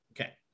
Okay